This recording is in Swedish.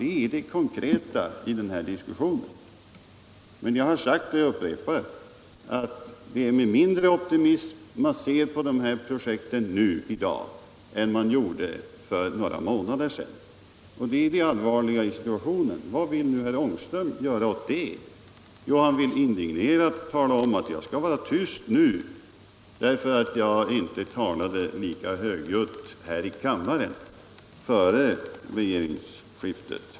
Det är det konkreta i denna diskussion. Men jag upprepar att i dag ser man på dessa projekt med mindre optimism än man gjorde för några månader sedan. Det är det allvarliga — Nr 33 i situationen. Och vad vill herr Ångström göra ät det? Ja, han talar in Torsdagen den dignerat om att jag skall vara tyst nu, eftersom jag inte talade lika högljutt 25 november 1976 här i kammaren före regeringsskiftet.